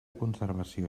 conservació